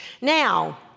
Now